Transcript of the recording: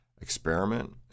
experiment